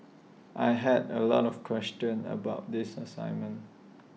I had A lot of questions about the